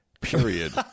period